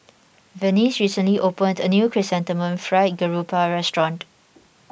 Vernice recently opened a new Chrysanthemum Fried Garoupa restaurant